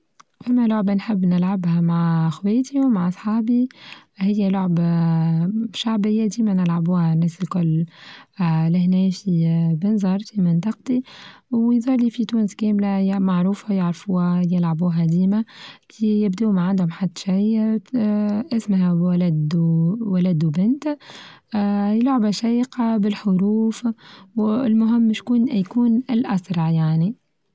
فما لعبة نحب نلعبها مع أخواتي ومع أصحابي هي لعبة شعبية ديما نلعبوها الناس الكل اللى هنا في بنزرتي منطقتي وذارلى في تونس كاملة معروفة يعرفوها يلعبوها ديما كي يبدو ما عندهم حتى شي أسمها ولد-ولد وبنت اه لعبة شيقة بالحروف والمهم شكون يكون الاسؤع يعنى.